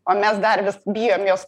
o mes dar vis bijom jos